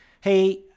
hey